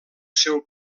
seu